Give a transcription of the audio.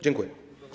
Dziękuję.